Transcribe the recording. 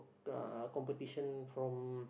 ah competition from